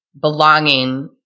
belonging